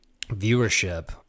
viewership